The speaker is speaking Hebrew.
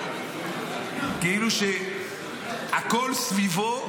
כאילו הכול סביבו,